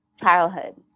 childhood